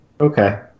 Okay